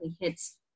hits